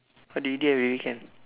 what do you do on your weekend